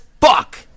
fuck